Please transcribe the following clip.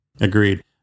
Agreed